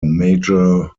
major